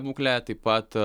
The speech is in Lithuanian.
buklę taip pat